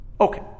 Okay